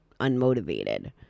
unmotivated